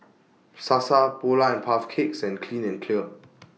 Sasa Polar and Puff Cakes and Clean and Clear